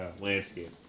landscape